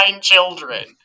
children